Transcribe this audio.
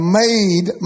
made